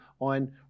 on